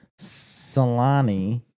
Salani